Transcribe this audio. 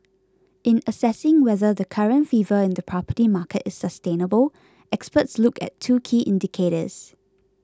in assessing whether the current fever in the property market is sustainable experts look at two key indicators